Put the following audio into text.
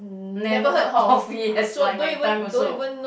never heard of it it's like my time also